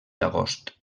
agost